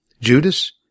Judas